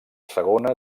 segona